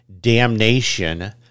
damnation